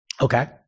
Okay